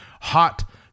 hot